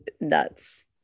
nuts